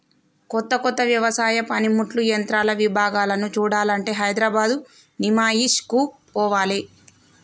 కొత్త కొత్త వ్యవసాయ పనిముట్లు యంత్రాల విభాగాలను చూడాలంటే హైదరాబాద్ నిమాయిష్ కు పోవాలే